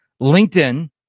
LinkedIn